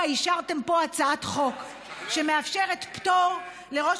אישרתם פה הצעת חוק שמאפשרת פטור לראש